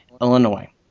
Illinois